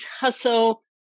hustle